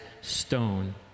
stone